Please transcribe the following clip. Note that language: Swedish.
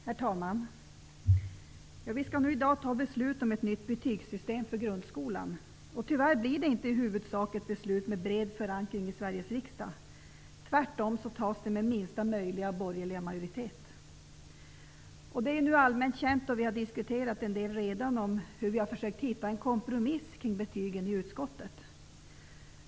Herr talman! Vi skall i dag besluta om ett nytt betygssystem för grundskolan. Tyvärr blir det inte i huvudsak ett beslut med bred förankring i Sveriges riksdag. Tvärtom tas det med minsta möjliga borgerliga majoritet. Det är nu allmänt känt och vi har diskuterat en del redan om hur vi har försökt hitta en kompromiss i utskottet kring betygen.